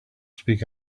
speak